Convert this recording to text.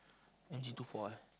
M_G two four eh